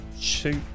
shoot